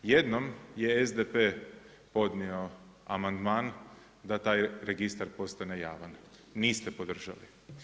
Jednom je SDP podnio amandman da taj registar postane javan, niste podržali.